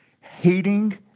hating